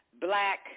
Black